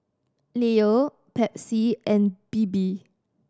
Leo Pepsi and Bebe